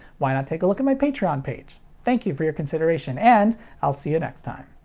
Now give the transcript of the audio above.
why not take a look at my patreon page. thank you for your consideration, and i'll see you next time!